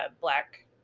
black